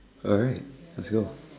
alright it's your